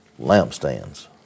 lampstands